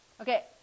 Okay